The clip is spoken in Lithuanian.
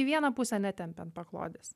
į vieną pusę netempiant paklodės